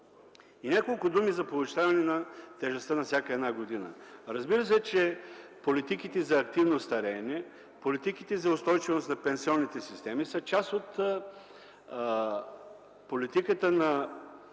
г. Няколко думи за повишаване тежестта на всяка една година. Разбира се, че политиките за активно стареене, политиките за устойчивост на пенсионните системи са част от политиката на